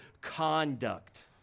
conduct